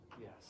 Yes